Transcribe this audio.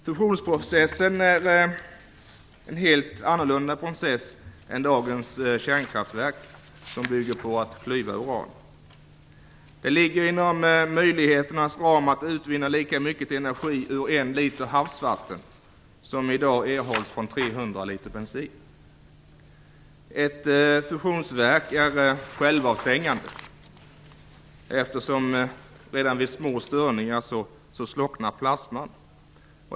Fusionsprocessen är en helt annorlunda process än dagens kärnkraft som bygger på att klyva uran. Det ligger inom möjligheternas ram att utvinna lika mycket energi ur en liter havsvatten som i dag erhålls från 300 liter bensin. Ett fusionsverk är självavstängande eftersom plasman slocknar redan vid små störningar.